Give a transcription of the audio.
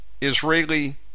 Israeli